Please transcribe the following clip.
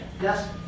Yes